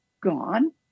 gone